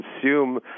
consume